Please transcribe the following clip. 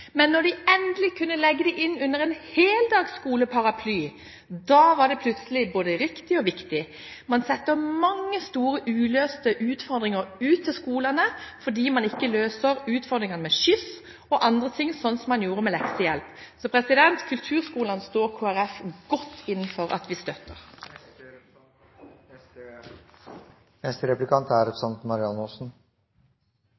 Men når de endelig kunne legge det inn under en heldagsskoleparaply, var det plutselig både riktig og viktig. Man setter mange store uløste utfordringer ut til skolene fordi man ikke løser utfordringene med skyss og andre ting, sånn som man gjorde med leksehjelp. Så Kristelig Folkeparti står godt innenfor at vi støtter kulturskolene. Jeg mistenker representanten Dagrun Eriksen for at hun er